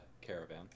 caravan